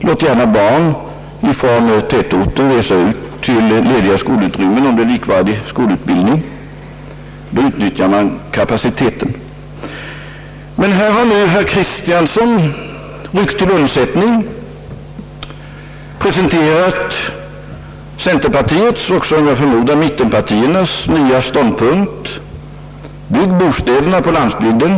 Låt gärna barn från tätorter resa ut till lediga skollokaler om utbildningen är likvärdig där — då utnyttjar man kapaciteten. Men nu har ju herr Kristiansson ryckt till undsättning och presenterat centerpartiets — och jag förmodar även de två mittenpartiernas — nya ståndpunkt: bygg bostäderna på landsbygden.